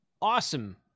awesome